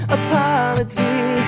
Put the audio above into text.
apology